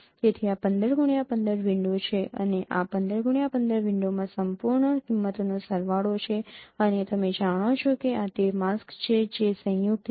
તેથી આ 15x15 window છે અને આ 15x15 વિન્ડોમાં સંપૂર્ણ કિંમતોનો સરવાળો છે અને તમે જાણો છો કે આ તે માસ્ક છે જે સંયુક્ત છે